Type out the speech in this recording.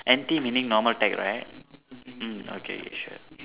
N_T meaning normal tech right mm okay sure